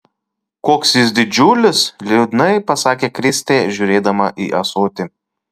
koks jis didžiulis liūdnai pasakė kristė žiūrėdama į ąsotį